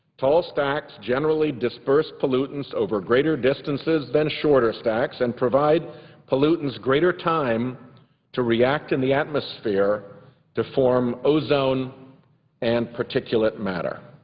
tall stacks generally disperse pollutants over a greater distances than shorter stacks and provide pollutants greater time to react in the atmosphere to form ozone and particulate matter.